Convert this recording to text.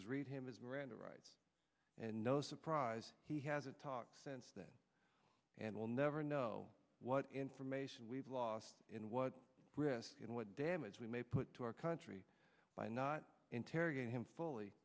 was read him his miranda rights and no surprise he has a talk sense that and we'll never know what information we've lost and what risk and what damage we may put to our country by not interrogating him fully